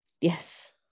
yes